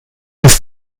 ist